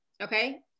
okay